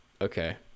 Okay